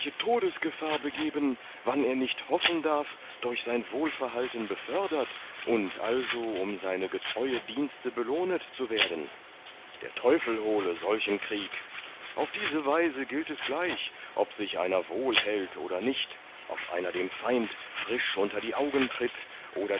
todesgefahr begeben wann er nicht hoffen darf durch sein wohlverhalten befördert und also um seine getreue dienste belohnet zu werden der teufel hole solchen krieg auf diese weise gilt es gleich ob sich einer wohl hält oder nicht ob einer dem feind frisch unter die augen tritt oder